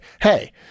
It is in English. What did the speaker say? hey